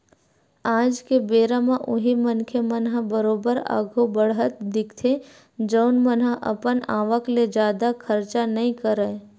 आज के बेरा म उही मनखे मन ह बरोबर आघु बड़हत दिखथे जउन मन ह अपन आवक ले जादा खरचा नइ करय